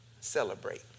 Celebrate